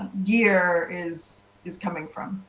gear is is coming from.